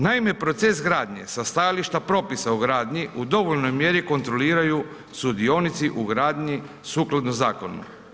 Naime, proces gradnje sa stajališta propisa u gradnji u dovoljnoj mjeri kontroliraju sudionici u gradnji sukladno zakonu.